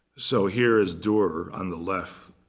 so here is durer on the left.